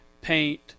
paint